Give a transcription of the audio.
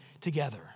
together